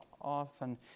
often